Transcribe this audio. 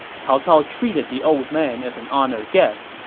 cao cao treated the old man as an honored guest,